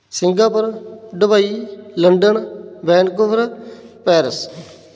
Singapore Dubai London Vancouver Paris